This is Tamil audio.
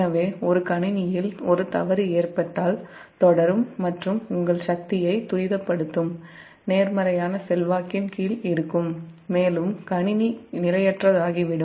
எனவே ஒரு கணினியில் ஒரு தவறு ஏற்பட்டால் தொடரும் மற்றும் உங்கள் சக்தியை துரிதப்படுத்தும் நேர்மறையான செல்வாக்கின் கீழ் இருக்கும் மேலும் கணினி நிலையற்றதாகிவிடும்